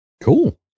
Cool